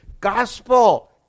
gospel